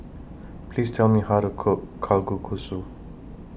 Please Tell Me How to Cook Kalguksu